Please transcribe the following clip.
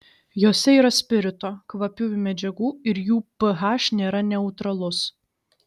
jose yra spirito kvapiųjų medžiagų ir jų ph nėra neutralus